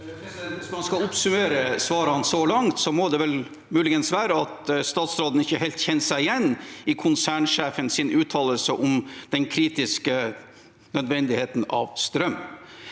Hvis man skal opp- summere svarene så langt, må det vel muligens være at statsråden ikke helt kjenner seg igjen i konsernsjefens uttalelse om den kritiske nødvendigheten av strøm.